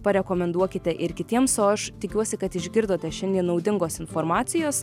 parekomenduokite ir kitiems o aš tikiuosi kad išgirdote šiandien naudingos informacijos